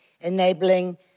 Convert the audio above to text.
enabling